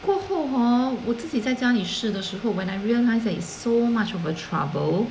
过后 hor 我自己在家里试的时候 when I realise that it's so much of a trouble